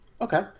Okay